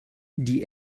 die